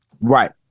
right